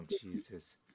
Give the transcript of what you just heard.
Jesus